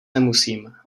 nemusím